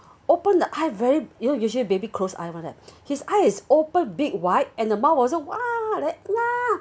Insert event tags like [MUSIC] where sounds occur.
open the eye very you know usually baby close eye [one] eh [BREATH] his eyes is open big wide and the mouth also !wah! then lah